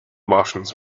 martians